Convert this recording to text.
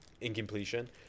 incompletion